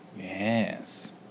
Yes